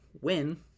win